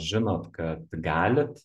žinot kad galit